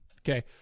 Okay